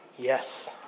Yes